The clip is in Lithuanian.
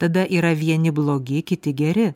tada yra vieni blogi kiti geri